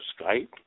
Skype